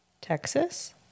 Texas